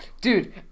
Dude